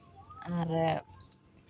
ᱟᱨ